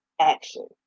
action